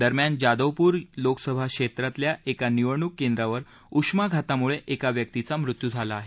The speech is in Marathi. दरम्यान जादवपूर लोकसभा क्षेत्रातल्या एका निवडणूक केंद्रावर उष्माघातामुळे एका व्यक्तीचा मृत्यू झाला आहे